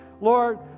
Lord